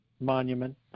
monument